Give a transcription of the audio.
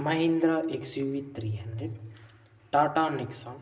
Mahindra X uv three hundred Tata Nexon